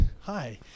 Hi